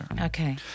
Okay